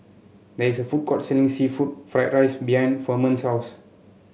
there is a food court selling seafood Fried Rice behind Firman's house